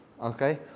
okay